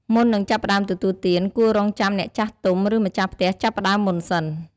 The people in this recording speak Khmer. មុននឹងចាប់ផ្តើមទទួលទាន គួររង់ចាំអ្នកចាស់ទុំ ឬម្ចាស់ផ្ទះចាប់ផ្តើមមុនសិន។